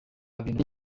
bintu